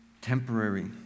temporary